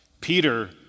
Peter